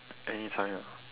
anytime ah